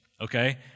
okay